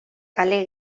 kale